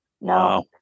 no